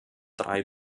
drei